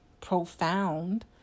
profound